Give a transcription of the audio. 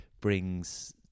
brings